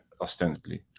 Ostensibly